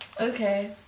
Okay